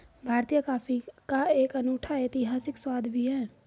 भारतीय कॉफी का एक अनूठा ऐतिहासिक स्वाद भी है